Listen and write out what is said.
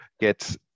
get